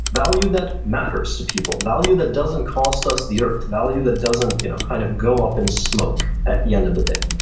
value that matters to people, value that doesn't cost us the earth, value that doesn't you know kind of go up in smoke at the end of the day.